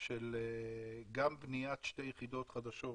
גם של בניית שתי יחידות חדשות